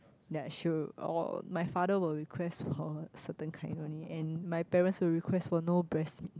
ya she'll or my father will request for certain kind only and my parents will request for no breast